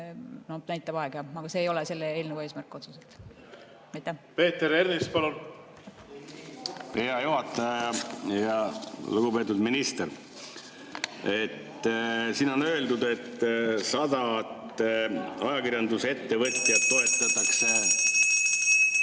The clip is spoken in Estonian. Seda näitab aeg. Aga see ei ole selle eelnõu eesmärk otseselt. Peeter Ernits, palun! Hea juhataja ja lugupeetud minister! Siin on öeldud, et sadat ajakirjandusettevõtjat toetatakse ...